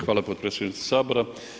Hvala potpredsjedniče Sabora.